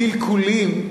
קלקולים,